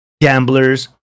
gamblers